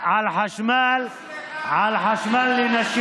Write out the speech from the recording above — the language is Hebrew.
למה הוא לא נכנס